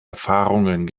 erfahrungen